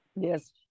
Yes